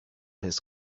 his